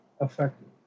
effective